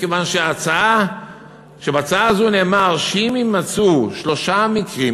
מכיוון שבהצעה הזאת נאמר שאם יימצאו שלושה מקרים